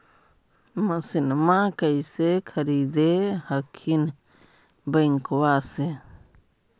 मसिनमा कैसे खरीदे हखिन बैंकबा से?